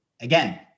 again